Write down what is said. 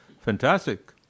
fantastic